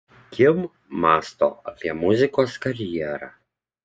kim mąsto apie muzikos karjerą